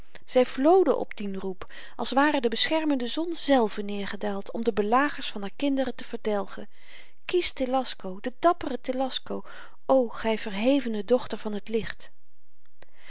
zy vloden op dien roep als ware de beschermende zon zelve neergedaald om de belagers van haar kinderen te verdelgen kies telasco den dapperen telasco o gy verhevene dochter van t licht